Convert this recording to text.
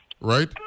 right